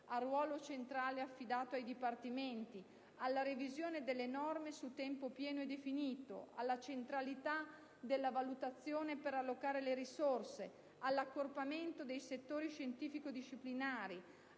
al ruolo centrale affidato ai dipartimenti; alla revisione delle norme su tempo pieno e definito; alla centralità della valutazione per allocare le risorse; all'accorpamento dei settori scientifico-disciplinari;